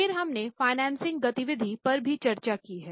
फ़िर हमने फाइनेंसिंग गति विधि पर भी चर्चा की है